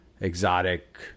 exotic